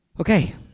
Okay